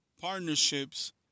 partnerships